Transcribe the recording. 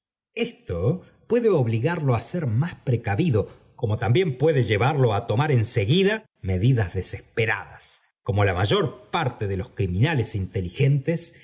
esto puede obligarlo á ser más precavido como también puede llevarlo á tomar en seguida medidas desesperadas como la mayor parte de los criminales inteligentes